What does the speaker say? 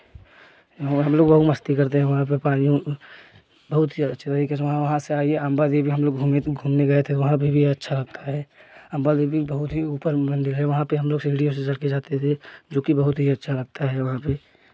और हम लोग बहुत मस्ती करते हैं वहाँ पर पानी बहुत ही अ अच्छे तरीके से वहाँ वहाँ से आगे अम्बा देवी हम लोग घूमे घूमने गए थे वहाँ पर भी अच्छा लगता है अम्बा देवी में बहुत ही ऊपर मंदिर है वहाँ पर हम लोग सीढ़ियों से चढ़ कर जाते थे जो कि बहुत ही अच्छा लगता है वहाँ पर